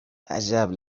عجب